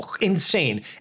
insane